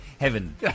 Heaven